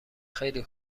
خیلی